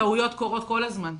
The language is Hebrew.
טעויות קורות כל הזמן.